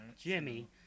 Jimmy